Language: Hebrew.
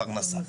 פרנסה.